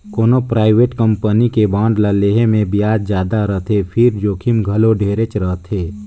कोनो private company के bond ल लेहे मे बियाज जादा रथे फिर जोखिम घलो ढेरेच रथे